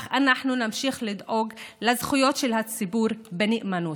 אך אנחנו נמשיך לדאוג לזכויות של הציבור בנאמנות.